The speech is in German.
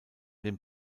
den